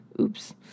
Oops